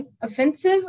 offensive